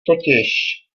totiž